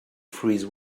freeze